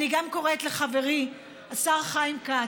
אני גם קוראת לחברי השר חיים כץ,